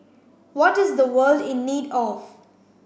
what is the world in need of